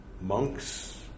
monks